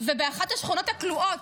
ובאחת השכונות הכלואות,